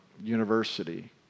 university